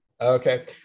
Okay